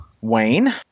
Wayne